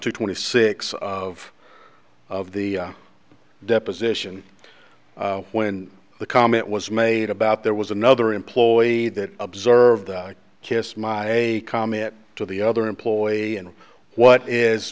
to twenty six of of the deposition when the comment was made about there was another employee that observed the kiss my comment to the other employee and what is